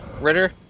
Ritter